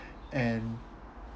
and